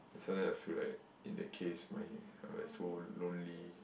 sometimes I feel like in that case my I'm like so lonely